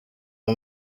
uyu